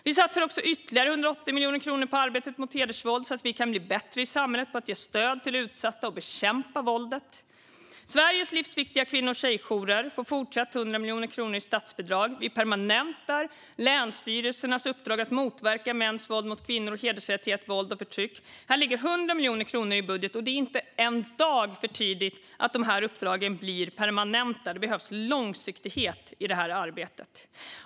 Vi satsar också ytterligare 180 miljoner kronor på arbetet mot hedersvåld, så att vi kan bli bättre i samhället på att ge stöd till utsatta och bekämpa våldet. Sveriges livsviktiga kvinno och tjejjourer får fortsatt 100 miljoner kronor i statsbidrag. Vi permanentar länsstyrelsernas uppdrag att motverka mäns våld mot kvinnor och hedersrelaterat våld och förtryck. Här ligger 100 miljoner kronor i budgeten. Det är inte en dag för tidigt att de här uppdragen blir permanenta. Det behövs långsiktighet i det här arbetet.